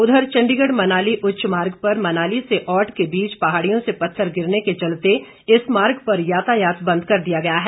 उधर चंडीगढ़ मनाली उच्च मार्ग पर मनाली से औट के बीच पहाड़ियों से पत्थर गिरने के चलते इस मार्ग पर यातायात बंद कर दिया गया है